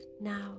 now